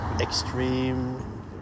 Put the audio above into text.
extreme